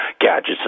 gadgets